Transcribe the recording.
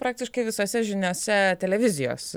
praktiškai visose žiniose televizijos